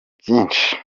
byinshi